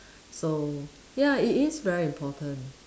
so ya it is very important